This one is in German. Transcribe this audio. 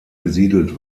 besiedelt